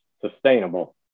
sustainable